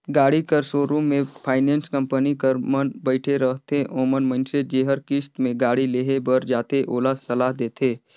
गाड़ी कर सोरुम में फाइनेंस कंपनी कर मन बइठे रहथें ओमन मइनसे जेहर किस्त में गाड़ी लेहे बर जाथे ओला सलाह देथे